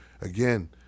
again